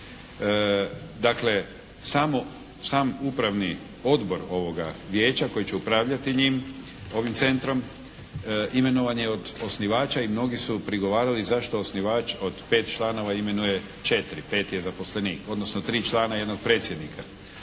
Dakle, sam Upravni odbor ovoga Vijeća koje će upravljati njim, ovim Centrom imenovan je od osnivača i mnogi su prigovarali zašto osnivač od 5 članova imenuje 4, 5 je zaposlenik, odnosno 3 člana jednog predsjednika.